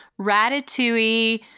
Ratatouille